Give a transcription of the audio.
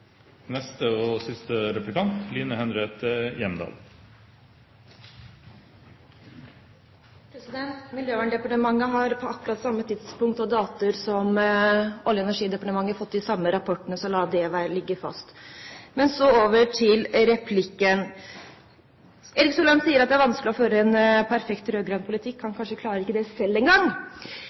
Miljøverndepartementet har på akkurat samme tidspunkt og datoer som Olje- og energidepartementet fått de samme rapportene, så la det ligge fast. Så over til selve replikken. Erik Solheim sier at det er vanskelig å føre en perfekt rød-grønn politikk. Han klarer det kanskje ikke selv engang. Så går han til angrep på Høyre og Fremskrittspartiet, som fører en